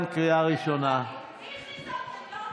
דמגוגית.